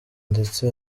ndetse